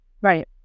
Right